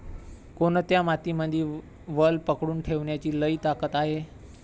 कोनत्या मातीमंदी वल पकडून ठेवण्याची लई ताकद हाये?